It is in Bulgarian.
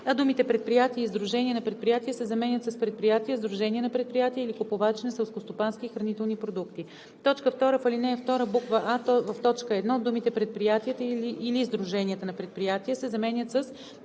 а думите „предприятия и сдружения на предприятия“ се заменят с „предприятия, сдружения на предприятия или купувачи на селскостопански и хранителни продукти“. 2. В ал. 2: а) в т. 1 думите „предприятията или сдруженията на предприятия“ се заменят с „предприятията,